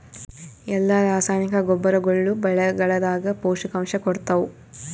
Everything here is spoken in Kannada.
ಎಲ್ಲಾ ರಾಸಾಯನಿಕ ಗೊಬ್ಬರಗೊಳ್ಳು ಬೆಳೆಗಳದಾಗ ಪೋಷಕಾಂಶ ಕೊಡತಾವ?